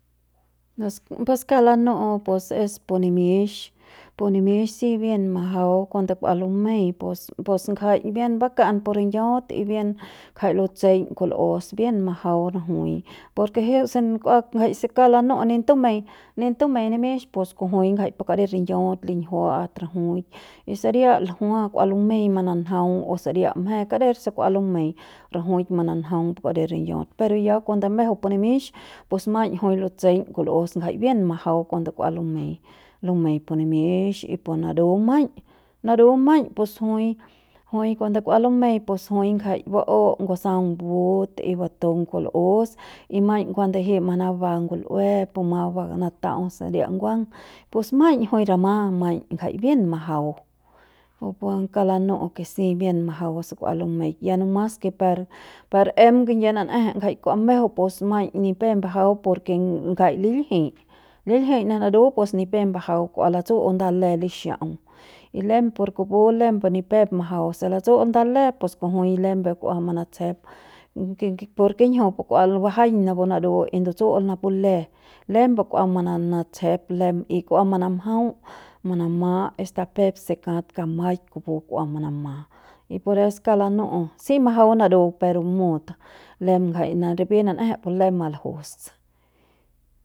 Pus kauk lanu'u pus es pu nimix, pu nimix si bien majau cuando kua lumei pus pus ngjai bien baka'an pu ringiaut y bien jai lutseiñ kul'us bien majau rajui por jiuk se kua jai se kauk lanu'u ni ntumei ni ntumei nimix pus kujui ngjai pu karit ringiaut linjiua'at rajuik y saria ljua kua lumei mananjaung o saria mje kader se kua lumei rajuik mananjaung pu kari ringiaut pero ya cuando mejeu pu nimix pus maiñ jui lutseiñ kul'us jai bien majau cuando kua lumei, lumei pu nimix y pu naru maiñ y naru maiñ pus jui, jui cuando kua lumei pus jui ngjai bu'u ngusaung but y batung kul'us y maiñ cuando jiuk manaba ngul'ue puma manaba nata'au saria nguang pus maiñ jui rama maiñ jai bien majau kupu pu kauk lanu'u ke si bien majau se kua lumeik ya nomas per per em kingyie nan'eje ngjai kua mejeu pus maiñ ni pe mbajau por ke ngjai liljiñ, liljiñ pu naru ni pep mbajau kua latsu'u nda le lixa'aung y lem por kupu lembe ni pe majau se latsu'u nda le pus kujui lembe kua manatsjep por kingjiu kua bajaiñ napu naru y ndutsu'ul napu le lembe kua mana natsjep y kua manamjau manama hasta peuk se kat kamaik kupu kua manama y pores kauk lanu'u si majau naru pero mut lem ngjai ripi nan'eje pus lem maljus.